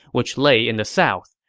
which lay in the south.